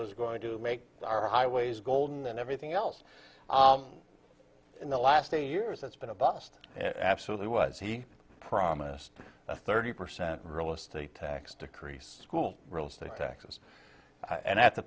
was going to make our highways golden and everything else in the last eight years that's been a bust absolutely was he promised a thirty percent real estate tax decrease school real estate taxes and at the